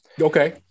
Okay